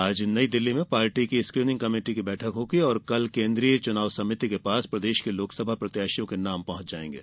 आज नई दिल्ली में पार्टी की स्क्रीनिंग कमेटी की बैठक होगी और कल केंद्रीय चुनाव समिति के पास प्रदेश के लोकसभा प्रत्याशियों के नाम पहुंच जाएंगे